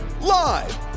Live